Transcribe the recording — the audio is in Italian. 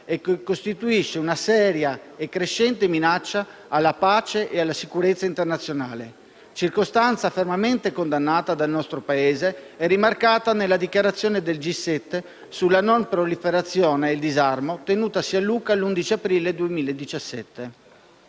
e costituisce una seria e crescente minaccia alla pace e alla sicurezza internazionale. Tale circostanza è fermamente condannata dal nostro Paese e rimarcata nella dichiarazione del G7 sulla non proliferazione e il disarmo adottata a Lucca l'11 aprile 2017.